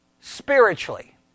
spiritually